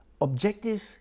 Objective